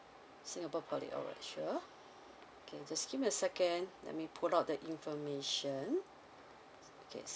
singapore poly alright sure okay just give me a second let me put out the information